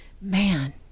man